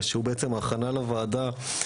שהוא בעצם ההכנה לוועדה,